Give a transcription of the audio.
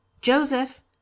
joseph